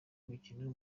imikino